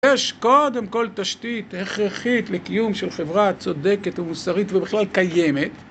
יש קודם כל תשתית הכרחית לקיום של חברה צודקת ומוסרית ובכלל קיימת